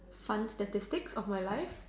fun statistics of my life